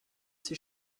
six